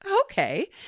Okay